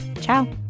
Ciao